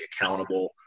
accountable